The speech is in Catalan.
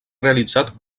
realitzat